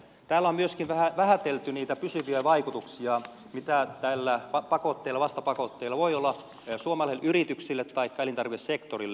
täällä on myöskin vähätelty niitä pysyviä vaikutuksia mitä näillä pakotteilla ja vastapakotteilla voi olla suomalaisille yrityksille taikka elintarvikesektorille